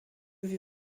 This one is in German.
wie